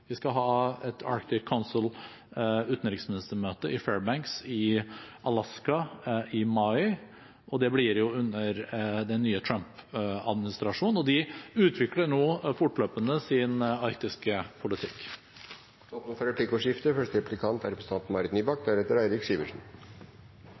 Vi skal ha et Arctic Council utenriksministermøte i Fairbanks i Alaska i mai, og det blir under den nye Trump-administrasjonen. De utvikler nå fortløpende sin arktiske politikk. Det blir replikkordskifte.